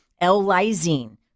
L-Lysine